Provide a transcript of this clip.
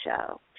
show